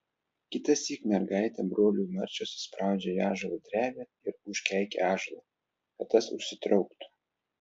kitąsyk mergaitę brolių marčios įspraudžia į ąžuolo drevę ir užkeikia ąžuolą kad tas užsitrauktų